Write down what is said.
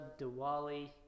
Diwali